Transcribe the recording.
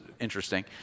interesting